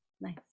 Nice